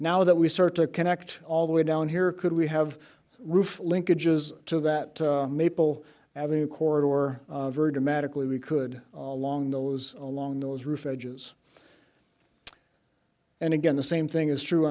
now that we start to connect all the way down here could we have roof linkages to that maple avenue corridor or very dramatically we could long those along those roof edges and again the same thing is true